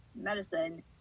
medicine